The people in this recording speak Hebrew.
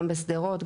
גם בשדרות,